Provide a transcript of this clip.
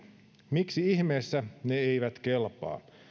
miksi ihmeessä ne eivät kelpaa